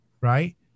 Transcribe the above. right